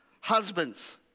Husbands